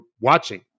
watching